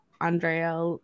Andrea